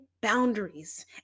boundaries